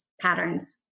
patterns